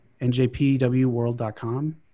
njpwworld.com